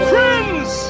Friends